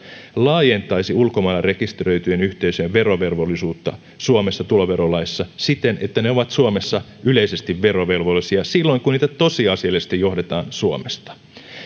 laajentaisi ulkomailla rekisteröityjen yhteisöjen verovelvollisuutta suomessa tuloverolaissa siten että ne ovat suomessa yleisesti verovelvollisia silloin kun niitä tosiasiallisesti johdetaan suomesta myös